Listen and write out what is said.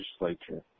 legislature